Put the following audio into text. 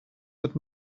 but